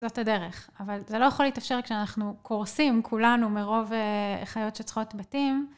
זאת הדרך, אבל זה לא יכול להתאפשר כשאנחנו קורסים כולנו מרוב חיות שצריכות בתים.